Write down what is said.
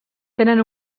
tenen